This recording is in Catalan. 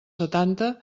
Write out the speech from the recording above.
setanta